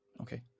Okay